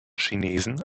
chinesen